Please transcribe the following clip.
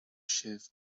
sibh